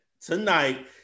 tonight